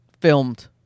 filmed